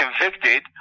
convicted